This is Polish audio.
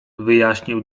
wyjaśnił